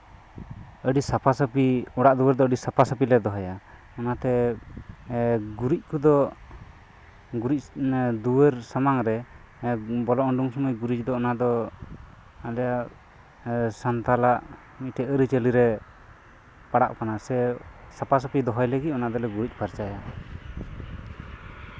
ᱟᱹᱰᱤ ᱥᱟᱯᱷᱟᱼᱥᱟᱹᱯᱷᱤ ᱚᱲᱟᱜ ᱫᱩᱣᱟᱹᱨ ᱫᱚ ᱟᱹᱰᱤ ᱥᱟᱯᱷᱟᱼᱥᱟᱹᱯᱷᱤ ᱞᱮ ᱫᱚᱦᱚᱭᱟ ᱚᱱᱟᱛᱮ ᱜᱩᱨᱤᱡ ᱠᱚᱫᱚ ᱜᱩᱨᱤᱡ ᱫᱩᱣᱟᱹᱨ ᱥᱟᱢᱟᱝ ᱨᱮ ᱵᱚᱞᱚ ᱩᱰᱩᱠ ᱥᱚᱢᱚᱭ ᱜᱩᱨᱤᱡ ᱫᱚ ᱚᱱᱟ ᱫᱚ ᱟᱞᱮ ᱥᱟᱱᱛᱟᱲᱟᱜ ᱢᱤᱫᱴᱮᱱ ᱟᱹᱨᱤᱪᱟᱹᱞᱤ ᱨᱮ ᱯᱟᱲᱟᱜ ᱠᱟᱱᱟ ᱥᱮ ᱥᱟᱯᱟᱼᱥᱟᱹᱯᱤ ᱫᱚᱦᱚᱭ ᱞᱟᱹᱜᱤᱫ ᱟᱞᱮ ᱫᱚᱞᱮ ᱜᱩᱨᱤᱡ ᱯᱷᱟᱨᱪᱟᱭᱟ